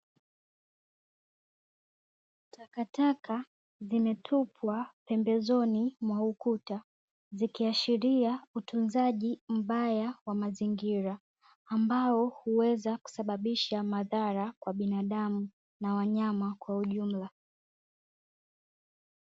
Takataka zimetupwa pembezoni mwa ukuta, zikiashiria utunzaji mbaya wa mazingira, ambao huweza kusababisha madhara kwa binadamu na wanyama kwa ujumla.